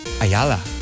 Ayala